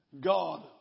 God